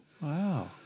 Wow